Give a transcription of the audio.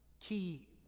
key